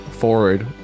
forward